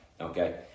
Okay